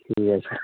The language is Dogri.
जी अच्छा